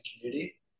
community